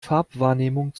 farbwahrnehmung